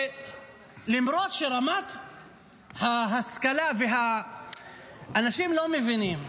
למרות שרמת ההשכלה, אנשים לא מבינים.